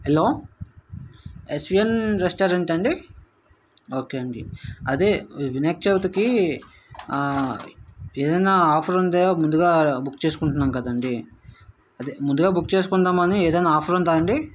hello SVN రెస్టారెంటా అండి okay అండి అదే వినాయక చవితికి ఏదైనా ఆఫర్ ఉంటే ముందుగా బుక్ చేసుకుంటున్నాము కదా అండి అదే ముందుగా బుక్ చేసుకుందామని ఏదైనా ఆఫర్ ఉందా అండి